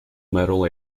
metal